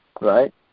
right